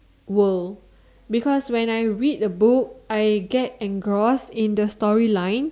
world because when I read the book I get engrossed in the story line